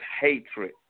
hatred